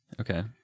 Okay